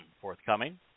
forthcoming